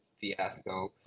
fiasco